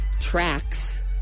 tracks